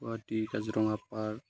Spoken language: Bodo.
गुवाहाटि काजिरङा पार्क